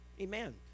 Amen